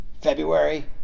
February